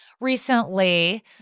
recently